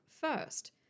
first